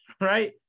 right